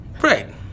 Right